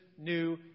new